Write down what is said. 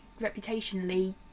reputationally